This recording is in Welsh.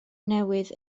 newydd